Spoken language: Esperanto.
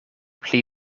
pli